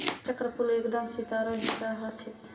चक्रफूल एकदम सितारार हिस्सा ह छेक